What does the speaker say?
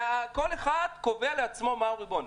כל אחד קובע לעצמו מהו ריבון.